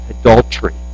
adultery